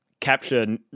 Capture